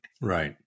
Right